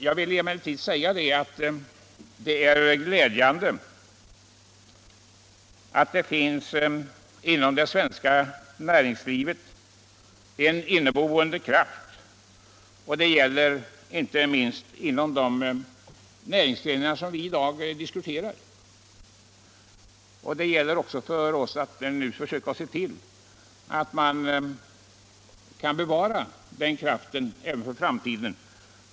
Jag vill emellertid säga att det är glädjande att det inom det svenska näringslivet finns en inneboende kraft; det gäller inte minst de näringsgrenar som vi i dag diskuterar. Vi måste nu ordna så att de kan bevara den kraften även för framtiden.